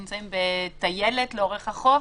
התכוונו למשל למתקני הספורט שנמצאים בטיילת לאורך החוף.